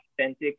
authentic